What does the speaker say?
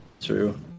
true